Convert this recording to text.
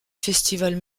festivals